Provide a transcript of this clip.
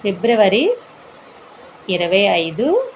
ఫిబ్రవరి ఇరవై ఐదు